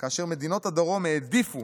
כאשר מדינות הדרום העדיפו